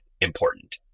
important